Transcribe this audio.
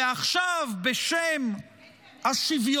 ועכשיו, בשם השוויון,